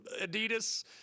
Adidas –